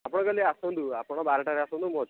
ଆପଣ କାଲି ଆସନ୍ତୁ ଆପଣ ବାରଟାରେ ଆସନ୍ତୁ ମୁଁ ଅଛି